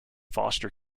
foster